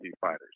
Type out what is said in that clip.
fighters